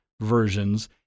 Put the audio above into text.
versions